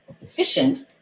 efficient